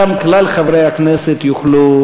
שם כלל חברי הכנסת יוכלו